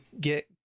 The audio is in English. get